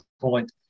point